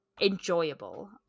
enjoyable